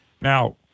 Now